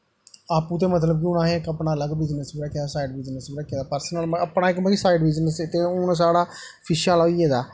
आपूं ते हून मतलब कि असें इक अपना अलग बिज़नस रक्खे दा साईड बिज़नस रक्खे दा पर्सनल मतलब कि इक साईड बिज़नस इक हून साढ़ा फिश आह्ला होई गेदा ऐ